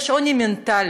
יש עוני מנטלי,